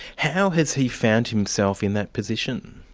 how has he found himself in that position?